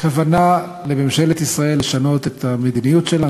שאין לממשלת ישראל שום כוונה לשנות את המדיניות שלה.